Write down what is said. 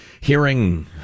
hearing